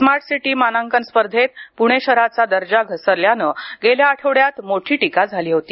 smart city मानांकन स्पर्धेत पुणे शहराचा दर्जा घसरल्याने गेल्या आठवड्यात मोठी टीका झाली होती